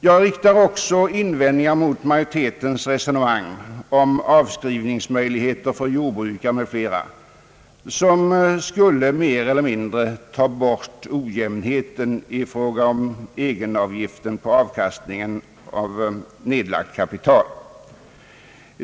Jag riktar också invändningar mot majoritetens resonemang om avskrivningsmöjligheter för jordbrukare m.fl. som skulle mer eller mindre ta bort ojämnheten i fråga om egenavgiften på avkastningen av nedlagt kapital.